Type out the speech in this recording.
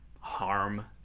harm